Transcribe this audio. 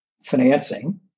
financing